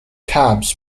cabs